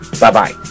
Bye-bye